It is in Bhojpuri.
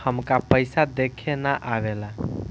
हमका पइसा देखे ना आवेला?